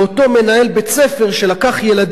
את אותו מנהל בית-ספר שלקח ילדים,